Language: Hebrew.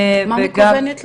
מה מקוונת?